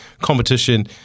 competition